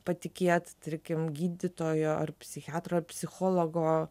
patikėt tarkim gydytojo ar psichiatro ar psichologo